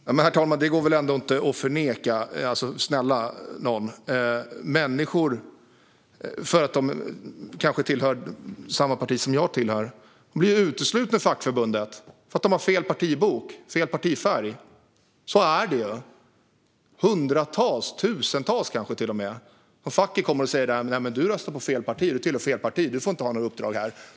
Herr talman! Snälla nån! Det går väl ändå inte att förneka att människor som kanske tillhör samma parti som jag tillhör blir uteslutna ur fackförbunden för att de har fel partibok, fel partifärg. Så är det för hundratals, kanske till och med tusentals. Facket kommer och säger: Du röstar på fel parti, du får inte ha några uppdrag här.